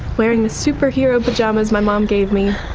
wearing the superhero pyjamas my mom gave me,